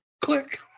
Click